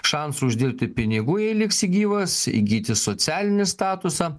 šansu uždirbti ir pinigų jei liksi gyvas įgyti socialinį statusą